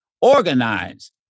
organize